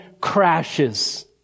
crashes